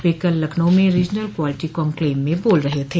वह कल लखनऊ में रीजनल क्वालिटी कान्क्लेव में बोल रहे थे